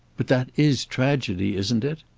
but that is tragedy, isn't it?